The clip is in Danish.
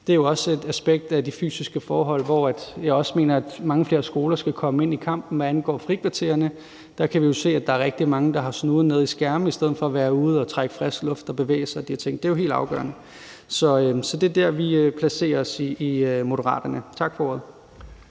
Det er jo også et aspekt af de fysiske forhold, og her mener jeg også, at mange flere skoler skal komme ind i kampen, hvad angår frikvartererne. Der kan vi jo se, at der er rigtig mange, der har snuden nede i skærmene i stedet for at være ude og trække frisk luft og bevæge sig. Det er jo helt afgørende. Det er der, vi placerer os i Moderaterne. Tak for ordet.